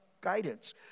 guidance